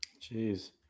Jeez